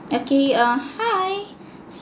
okay uh hi